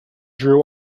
drew